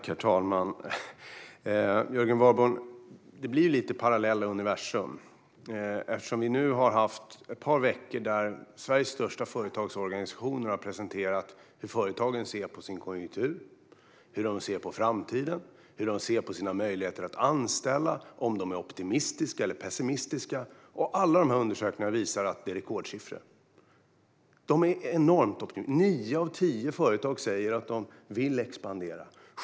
Herr talman! Det blir lite parallella universum, Jörgen Warborn. Vi har nu haft ett par veckor där Sveriges största företagsorganisationer har presenterat hur företagen ser på sin konjunktur, på framtiden, på sina möjligheter att anställa och om de är optimistiska eller pessimistiska. Alla dessa undersökningar visar rekordsiffror. Nio av tio företag säger att de vill expandera.